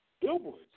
billboards